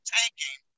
taking